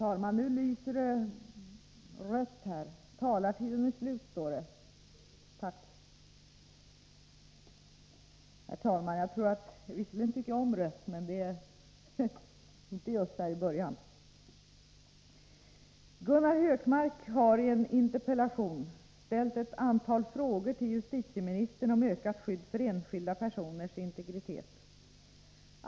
Herr talman! Gunnar Hökmark hari en interpellation ställt ett antal frågor till justitieministern om ökat skydd för enskilda personers integritet.